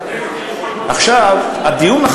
למה לא?